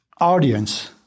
audience